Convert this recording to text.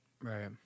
Right